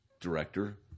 Director